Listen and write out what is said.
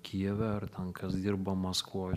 kijeve ar ten kas dirba maskvoj